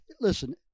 listen